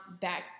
back